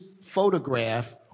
photograph